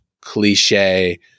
cliche